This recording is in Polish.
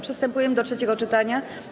Przystępujemy do trzeciego czytania.